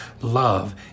love